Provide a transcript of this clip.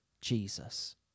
Jesus